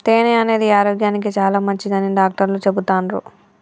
తేనె అనేది ఆరోగ్యానికి చాలా మంచిదని డాక్టర్లు చెపుతాన్రు